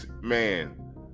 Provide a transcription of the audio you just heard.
man